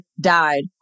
died